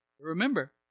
Remember